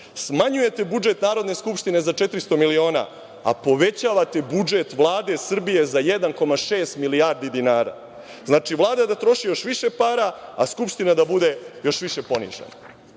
smanjujete budžet Narodne skupštine za 400 miliona, a povećavate budžet Vlade Srbije za 1,6 milijardi dinara. Znači, Vlada je da troši još više para, a Skupština da bude još više ponižena.Za